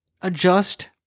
adjust